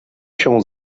się